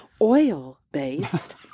Oil-based